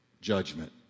judgment